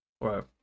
Right